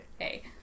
hey